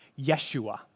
Yeshua